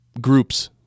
groups